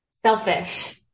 Selfish